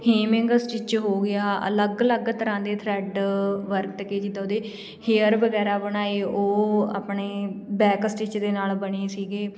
hemming stitch ਹੋ ਗਿਆ ਅਲੱਗ ਅਲੱਗ ਤਰ੍ਹਾਂ ਦੇ ਥਰੈਡ ਵਰਤ ਕੇ ਜਿੱਦਾਂ ਉਹਦੇ ਹੇਅਰ ਵਗੈਰਾ ਬਣਾਏ ਉਹ ਆਪਣੇ ਬੈਕ ਸਟਿਚ ਦੇ ਨਾਲ ਬਣੀ ਸੀਗੀ